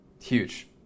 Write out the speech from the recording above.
Huge